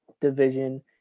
division